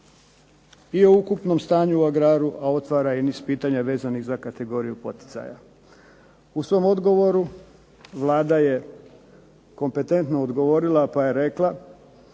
i o ukupnom stanju u agraru, a otvara i niz pitanja vezanih za kategoriju poticaja. U svom odgovoru Vlada je kompetentno odgovorila, pa je rekla